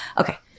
Okay